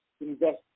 invest